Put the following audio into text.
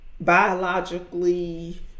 biologically